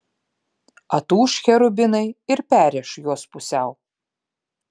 atūš cherubinai ir perrėš juos pusiau